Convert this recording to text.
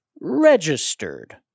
registered